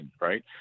right